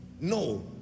no